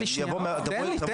יבוא לך מאבטח --- תן לי, שנייה.